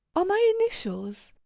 are my initials.